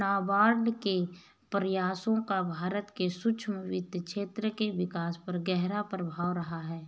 नाबार्ड के प्रयासों का भारत के सूक्ष्म वित्त क्षेत्र के विकास पर गहरा प्रभाव रहा है